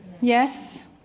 Yes